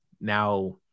Now